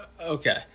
Okay